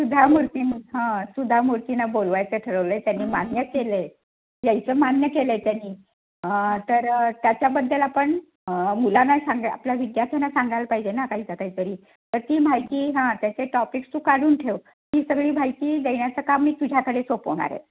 सुधा मूर्ती मग हां सुधा मूर्तीना बोलवायचं ठरवलं आहे त्यांनी मान्य केलं आहे यायचं मान्य केलं आहे त्यांनी तर त्याच्याबद्दल आपण मुलांना सांगूया आपल्या विद्यार्थ्यांना सांगायला पाहिजे ना काहीतर काहीतरी तर ती माहिती हां त्याचे टॉपिक्स तू काढून ठेव ती सगळी माहिती देण्याचं काम मी तुझ्याकडे सोपवणार आहे